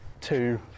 two